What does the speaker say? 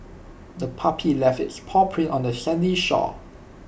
the puppy left its paw print on the sandy shore